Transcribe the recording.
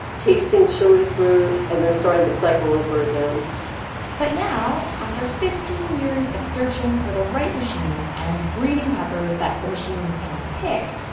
tasting chili fruit, and then starting the cycle over again but now, after fifteen years of searching for the right machine, and breeding peppers that the machine can pick,